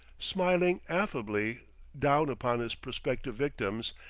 smiling affably down upon his prospective victims,